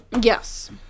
Yes